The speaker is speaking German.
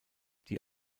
die